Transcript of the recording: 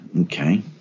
Okay